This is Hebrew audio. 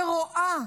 שרואה,